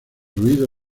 ruido